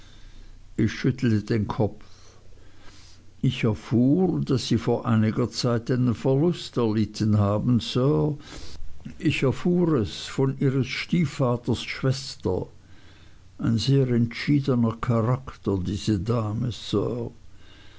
ich schüttelte den kopf ich erfuhr daß sie vor einiger zeit einen verlust erlitten haben sir ich erfuhr es von ihres stiefvaters schwester ein sehr entschiedner charakter diese dame sir